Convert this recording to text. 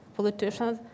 politicians